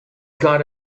got